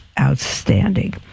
outstanding